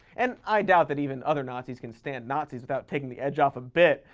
and i doubt that even other nazis can stand nazis without taking the edge off a bit.